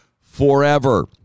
forever